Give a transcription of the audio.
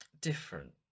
different